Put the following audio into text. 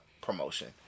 promotion